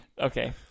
Okay